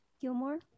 Gilmore